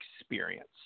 experience